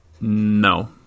No